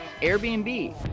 Airbnb